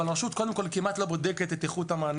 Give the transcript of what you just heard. אבל הרשות כמעט לא בודקת את איכות המענה